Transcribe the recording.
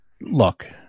look